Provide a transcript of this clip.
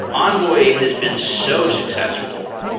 envoy has been so successful,